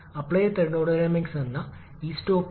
നിങ്ങൾ ഇവിടെ കാണിച്ച പവർ ടർബൈനിന് സമാനമാണ് ഇത് നോക്കൂ